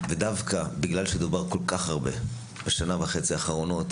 ודווקא בגלל שדובר כל כך הרבה בשנה וחצי האחרונות,